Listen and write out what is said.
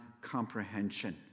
comprehension